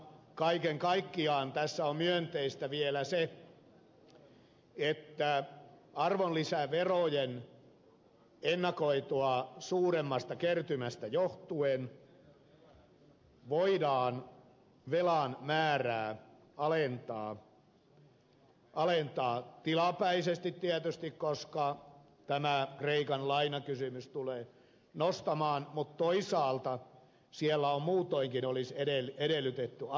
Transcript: kaiken kaikkiaan tässä on myönteistä vielä se että arvonlisäverojen ennakoitua suuremmasta kertymästä johtuen voidaan velan määrää alentaa tilapäisesti tietysti koska tämä kreikan lainakysymys tulee sitä nostamaan mutta toisaalta siellä muutoinkin olisi edellytetty alennusta